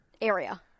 area